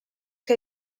que